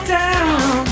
down